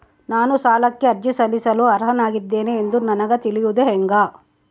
ನಾನು ಸಾಲಕ್ಕೆ ಅರ್ಜಿ ಸಲ್ಲಿಸಲು ಅರ್ಹನಾಗಿದ್ದೇನೆ ಎಂದು ನನಗ ತಿಳಿಯುವುದು ಹೆಂಗ?